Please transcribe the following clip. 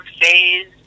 phase